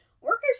Workers